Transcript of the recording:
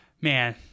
man